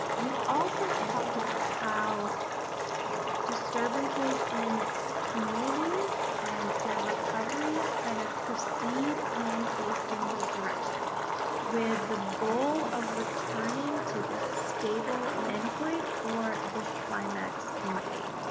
we also talked about how disturbances in communities and their recovery kind of proceed in a single direction with the goal of returning to this stable end point or this climax community.